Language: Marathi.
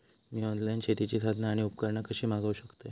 मी ऑनलाईन शेतीची साधना आणि उपकरणा कशी मागव शकतय?